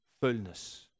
fullness